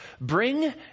bring